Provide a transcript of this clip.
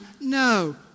no